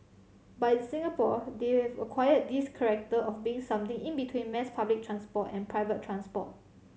but in Singapore they've acquired this corrector of being something in between mass public transport and private transport